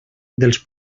dels